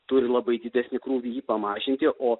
turi labai didesnį krūvį jį pamažinti o